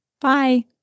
Bye